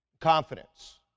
confidence